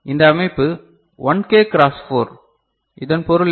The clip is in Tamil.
இந்த அமைப்பு 1 கே க்ராஸ் 4 இதன் பொருள் என்ன